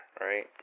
right